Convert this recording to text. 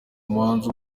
umuhanzi